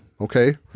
okay